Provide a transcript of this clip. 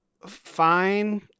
fine